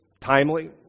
timely